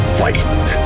fight